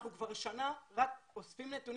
אנחנו כבר שנה רק אוספים נתונים